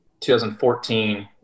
2014